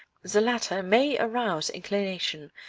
the latter may arouse inclination,